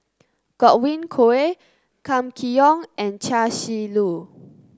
Godwin Koay Kam Kee Yong and Chia Shi Lu